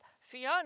Fiona